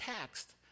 text